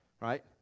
Right